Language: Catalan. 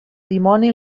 dimoni